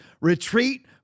retreat